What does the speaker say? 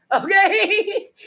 Okay